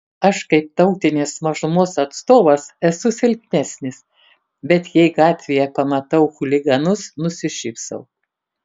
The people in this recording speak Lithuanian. aš kaip tautinės mažumos atstovas esu silpnesnis bet jei gatvėje pamatau chuliganus nusišypsau